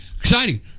exciting